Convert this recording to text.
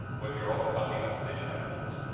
but you're also helping us to digitize books.